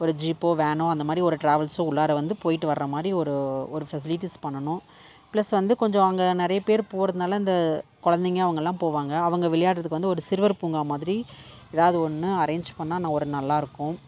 ஒரு ஜீப்போ வேனோ அந்த மாதிரி ஒரு ட்ராவல்ஸு உள்ளார வந்து போய்ட்டு வர்ற மாதிரி ஒரு ஒரு ஃபெசிலிட்டிஸ் பண்ணணும் ப்ளஸ் வந்து கொஞ்சம் அங்கே நிறைய பேர் போகிறதுனால அந்த குலந்தைங்க அவங்கள்லாம் போவாங்கள் அவங்க விளையாடுறதுக்கு வந்து ஒரு சிறுவர் பூங்கா மாதிரி ஏதாவது ஒன்று அரேஞ்ச் பண்ணால் ந ஒரு நல்லாருக்கும்